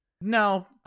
no